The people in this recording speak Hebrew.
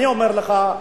אני אומר לך: